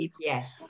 Yes